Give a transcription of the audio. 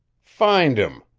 find him!